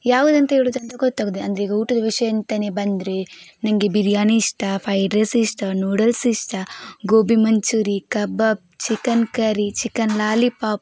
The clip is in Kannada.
ಯಾವುದಂತ ಹೇಳುವುದಂತ ಗೊತ್ತಾಗುವುದಿಲ್ಲ ಅಂದರೆ ಈಗ ಊಟದ ವಿಷಯ ಅಂತಲೇ ಬಂದರೆ ನನಗೆ ಬಿರಿಯಾನಿ ಇಷ್ಟ ಫೈಡ್ ರೈಸ್ ಇಷ್ಟ ನೂಡಲ್ಸ್ ಇಷ್ಟ ಗೋಬಿ ಮಂಚೂರಿ ಕಬಾಬ್ ಚಿಕನ್ ಕರಿ ಚಿಕನ್ ಲಾಲಿಪಾಪ್